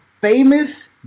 famous